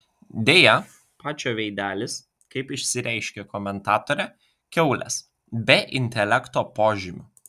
deja pačio veidelis kaip išsireiškė komentatorė kiaulės be intelekto požymių